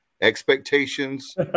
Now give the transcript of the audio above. expectations